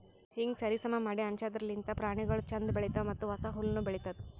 ಹೀಂಗ್ ಸರಿ ಸಮಾ ಮಾಡಿ ಹಂಚದಿರ್ಲಿಂತ್ ಪ್ರಾಣಿಗೊಳ್ ಛಂದ್ ಬೆಳಿತಾವ್ ಮತ್ತ ಹೊಸ ಹುಲ್ಲುನು ಬೆಳಿತ್ತುದ್